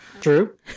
True